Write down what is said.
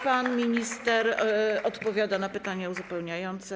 Pan minister odpowiada na pytanie uzupełniające.